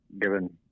given